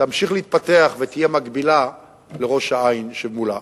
תמשיך היום להתפתח ותהיה מקבילה לראש-העין שמולה.